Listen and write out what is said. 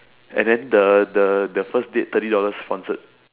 and then the the the first date thirty dollars sponsored